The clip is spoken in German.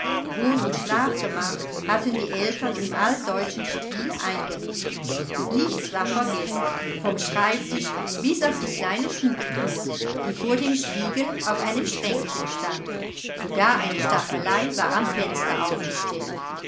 wohn und schlafgemach hatten die eltern im altdeutschen stil eingerichtet nichts war vergessen vom schreibtisch bis auf die kleine schmucktruhe die vor dem spiegel auf einem schränkchen stand sogar eine staffelei war am fenster aufgestellt